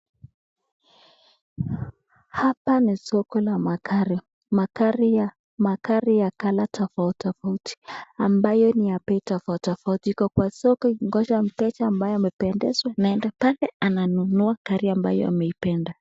Hapa ni soko la magari , magari ya (cs) colour (cs) tofauti tofauti ambayo ni ya bei tofauti tofauti ,iko kwa soko ikingoja mteja ambaye amependezwa anaenda pale ananunua gari ambayo ameipenda.